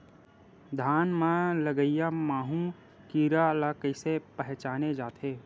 धान म लगईया माहु कीरा ल कइसे पहचाने जाथे?